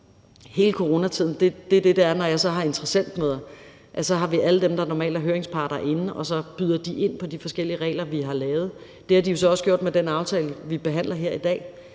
hele coronatiden. Det er det, vi har, når jeg afholder interessentmøder, for så har vi alle dem, der normalt er høringsparter, inde, og så byder de ind på de forskellige regler, vi har lavet. Det har de jo så også gjort med den aftale, vi behandler her i dag.